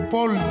Paul